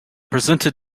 presented